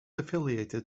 affiliated